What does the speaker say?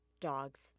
dogs